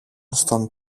στον